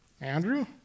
Andrew